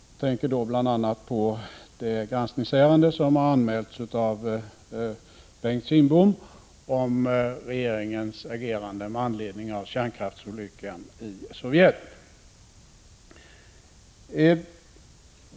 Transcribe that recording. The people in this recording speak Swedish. Jag tänker då bl.a. på det granskningsärende som har anmälts av Bengt Kindbom om regeringens agerande med anledning av kärnkraftsolyckan i Sovjet.